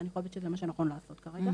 אני חושבת שזה מה שנכון לעשות כרגע.